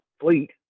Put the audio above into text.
fleet